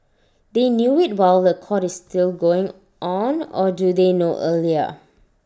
they knew IT while The Court is still going on or do they know earlier